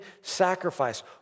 sacrifice